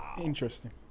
Interesting